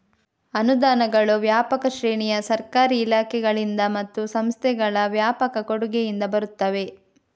ಅನುದಾನಗಳು ವ್ಯಾಪಕ ಶ್ರೇಣಿಯ ಸರ್ಕಾರಿ ಇಲಾಖೆಗಳಿಂದ ಮತ್ತು ಸಂಸ್ಥೆಗಳ ವ್ಯಾಪಕ ಕೊಡುಗೆಯಿಂದ ಬರುತ್ತವೆ